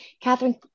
Catherine